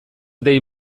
dei